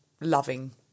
loving